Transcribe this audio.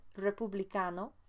republicano